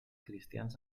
cristians